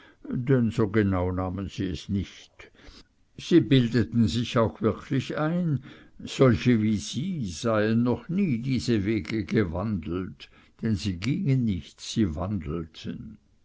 so genau nahmen sie es nicht sie bildeten sich auch wirklich ein solche wie sie seien noch nie diese wege gewandelt denn sie gingen nicht sie wandelten